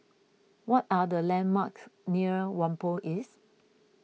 what are the landmarks near Whampoa East